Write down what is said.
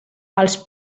als